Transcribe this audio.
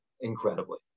incredibly